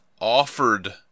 offered